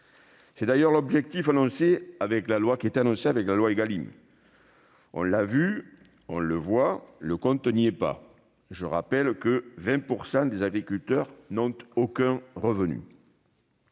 était d'ailleurs l'objectif annoncé de la loi Égalim. On l'a vu, on le voit, le compte n'y est pas : je rappelle que 20 % des agriculteurs n'ont aucun revenu.